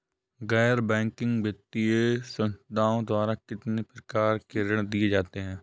गैर बैंकिंग वित्तीय संस्थाओं द्वारा कितनी प्रकार के ऋण दिए जाते हैं?